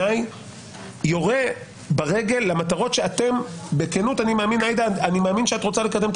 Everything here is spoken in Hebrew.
בעיניי יורה ברגל למטרות בכנות אני מאמין עאידה שאת רוצה לקדם את